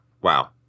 Wow